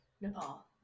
Nepal